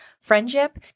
friendship